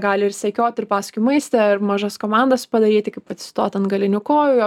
gali ir sekiot ir paskui maistą ir mažas komandas padaryti kaip atsistot ant galinių kojų